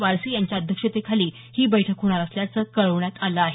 वारसी यांच्या अध्यक्षतेखाली ही बैठक होणार असल्याचं कळवण्यात आलं आहे